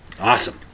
Awesome